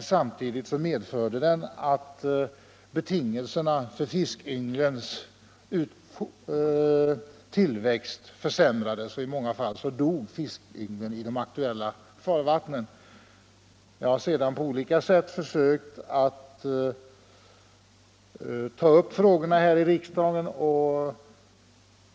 Samtidigt medförde detta att betingelserna för fiskynglens tillväxt försämrades — och i många fall dog fiskynglen i de aktuella farvattnen. Jag har sedan på olika sätt försökt ta upp frågorna här i riksdagen, genom interpellationer etc. åren 1971, 1973, 1974 och 1975.